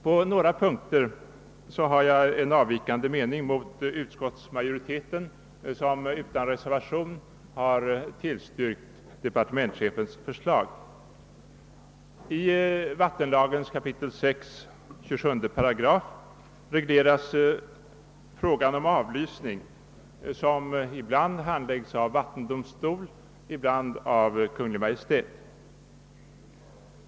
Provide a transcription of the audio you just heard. På några punkter har jag en gentemot utskottsmajoriteten avvikande mening. Utskottsmajoriteten har tillstyrkt departementschefens förslag. I vattenlagens 6 kap. 27 § regleras frågan om avlysning, som handläggs ibland av vattendomstol och ibland av Kungl. Maj:t.